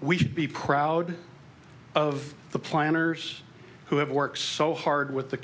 we should be proud of the planners who have worked so hard with the